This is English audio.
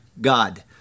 God